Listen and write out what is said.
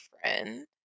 friend